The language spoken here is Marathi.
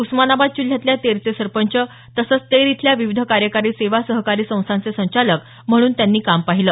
उस्मानाबाद जिल्ह्यातल्या तेरचे सरपंच तसंच तेर इथल्या विविध कार्यकारी सेवा सहकारी संस्थांचे संचालक म्हणून त्यांनी काम पाहिलं